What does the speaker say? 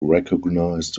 recognized